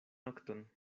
nokton